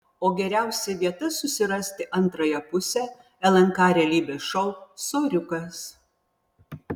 o geriausia vieta susirasti antrąją pusę lnk realybės šou soriukas